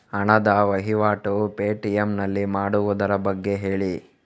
ಹಣದ ವಹಿವಾಟು ಪೇ.ಟಿ.ಎಂ ನಲ್ಲಿ ಮಾಡುವುದರ ಬಗ್ಗೆ ಹೇಳಿ